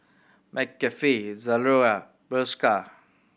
McCafe Zalora Bershka